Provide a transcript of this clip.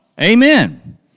Amen